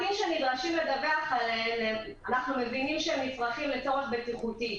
מחנאות שאינם משמשים למילוי חוזר בסכום שלא יפחת מסכום השווה,